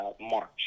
March